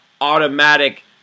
automatic